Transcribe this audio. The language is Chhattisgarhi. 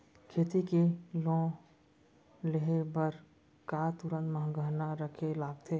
खेती के लोन लेहे बर का तुरंत गहना रखे लगथे?